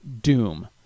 doom